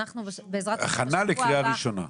הכנה לקריאה ראשונה.